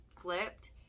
flipped